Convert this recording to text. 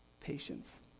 Patience